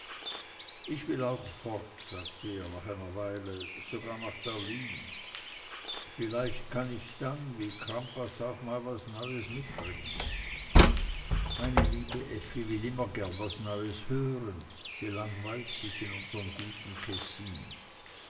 ich will auch fort sagte er nach einer weile sogar nach berlin vielleicht kann ich dann wie crampas auch mal was neues mitbringen meine liebe effi will immer gern was neues hören sie langweilt sich in unserm guten kessin